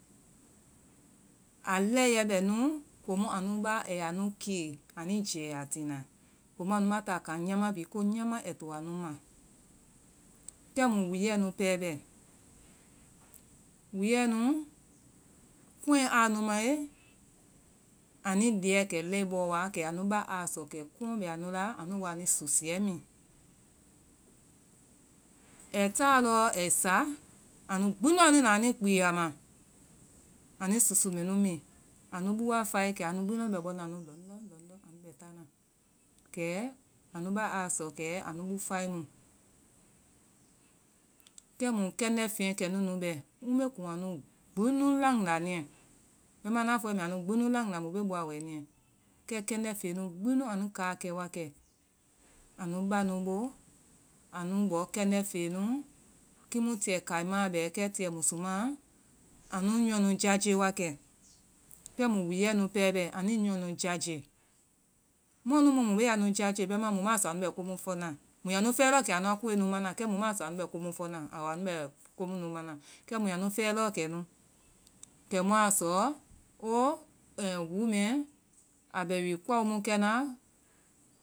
A lɛiyɛ bɛ nu, komo anu ba aiyaa nu kee. anui jɛɛ a tina. komu anu ma taa kan nyaama komu ko nyaama mana anu maa. kɛmu wuuya nu pɛɛ bɛ. wuuyɛ nu kɔŋɔɛ aa nu mae, anui liyɛ kɛ lɛi bɔɔ wa kɛ anu ba aa sɔ. kɔŋɛ bɛ anu la. anu woa anui susuyɛ mi. ai taa lɔɔ ai sa. anu gbi nui na anui kpiiŋ a ma. anui susu mɛnu mi anu bua fae. kɛ anu bɛ bɔna nu lɔndɔ, lɔndɔ kɛ anu bɛ taana. Kɛ anu ba aa sɔ kɛ anu bu fae mu. Kɛmu kɛndɛ feyɛ kɛ nu nu bɛ. ŋ bee kun anu gbi nu landa niyɛ. bɛima ŋaa fɔe mbɛ anu gbinu landa, mu bee bɔa wɔɛ niyɛ. kɛ kɛnda feŋ nu gbi nu anui kaa kɛ wa kɛ anu ba nu boo, anu bɔ kɛndɛ feŋɛ nu. kiimu tiye kaimaa bɛ tiyɛ musumaa bɛ, anui nyɔɔ nu jaje wakɛ. kɛonu wuuyɛ nu pɛɛ bɛ anui nyɔɔ nu jaje wakɛ. kɛnu wuuyɛ nu pɛɛ bɛ anui ny ɔɔ nu jaje. mua nu mu bee anu jaje beimaa mu maa sɔ anu bɛ komu fɔna. ɔɔ anu anu bɛ konu nunu mana, kɛ mu yaa nu fɔɔ lɔɔ kɛnu. kɛ mua sɔ boo wuu mɛɛ a bɛ wi kpao mu kɛna, koe kɛ mɛɛ mu a bɛ kpaoe kɛna kɛ mua lɔ fɛɛ lɔɔ kenu kɛ mua sɔ wuu mɛɛ a bɛ wi kpau mu kɛna.